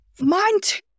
Mind